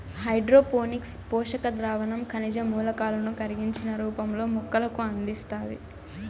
hydroponics పోషక ద్రావణం ఖనిజ మూలకాలను కరిగించిన రూపంలో మొక్కలకు అందిస్తాది